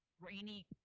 rainy